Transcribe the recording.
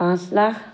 পাঁচ লাখ